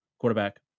quarterback